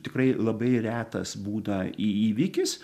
tikrai labai retas būna į įvykis